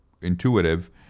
intuitive